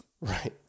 Right